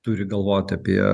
turi galvoti apie